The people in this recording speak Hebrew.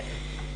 כן.